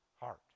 heart